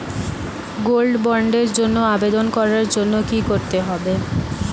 Gold বন্ডের জন্য আবেদন করার জন্য কি করতে হবে?